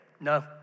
No